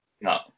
No